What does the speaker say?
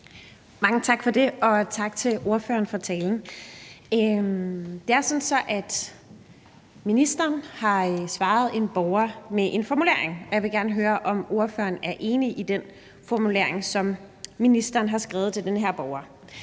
Mange tak for det, og tak til ordføreren for talen. Det er sådan, at ministeren har svaret en borger med følgende formulering, og jeg vil gerne høre, om ordføreren er enig i den formulering, som ministeren har skrevet til den her borger: